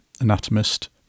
anatomist